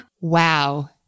Wow